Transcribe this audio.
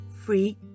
free